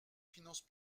finances